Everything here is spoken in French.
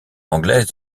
anglaise